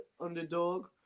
Underdog